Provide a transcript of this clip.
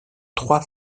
trois